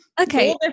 Okay